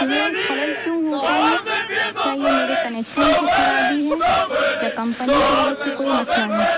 یہ خلل کیوں ہوتا ہے کیا یہ میرے کنیکشن کی خرابی ہے یا کمپنی کی طرف سے کوئی مسئلہ ہے